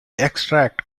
extract